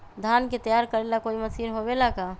धान के तैयार करेला कोई मशीन होबेला का?